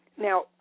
Now